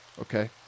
Okay